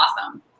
awesome